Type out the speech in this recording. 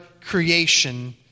creation